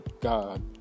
god